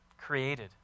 created